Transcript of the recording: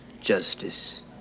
justice